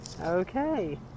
Okay